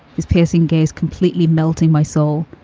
his piercing gaze completely melting my soul.